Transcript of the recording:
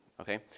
okay